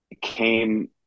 came